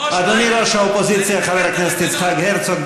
אדוני ראש האופוזיציה חבר הכנסת יצחק הרצוג,